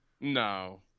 No